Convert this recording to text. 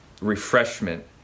refreshment